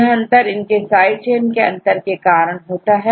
यह अंतर उनके साइड चेन के अंतर के कारण होता है